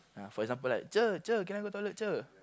ah for example like cher cher can I go toilet cher